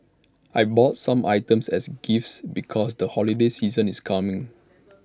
I bought some items as gifts because the holiday season is coming